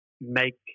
make